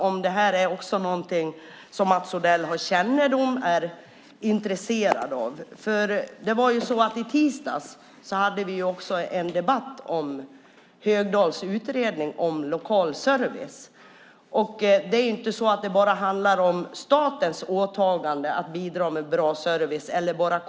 Är det här någonting som Mats Odell har kännedom om och är intresserad av? I tisdags hade vi en debatt om Högdahls utredning om lokal service. Det handlar inte bara om statens eller kommunernas åtagande för att bidra med bra service.